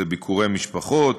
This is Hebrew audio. זה ביקורי משפחות,